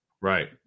Right